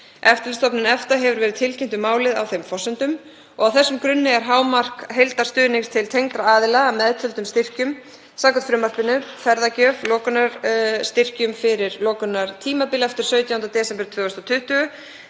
Eftirlitsstofnun EFTA hefur verið tilkynnt um málið á þeim forsendum. Á þessum grunni er hámark heildarstuðnings til tengdra aðila að meðtöldum styrkjum samkvæmt frumvarpinu, þ.e. ferðagjöf, lokunarstyrkjum fyrir lokunartímabil eftir 17. desember 2020,